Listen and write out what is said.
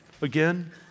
again